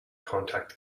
contact